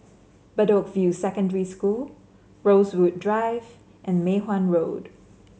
Bedok View Secondary School Rosewood Drive and Mei Hwan Road